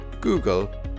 Google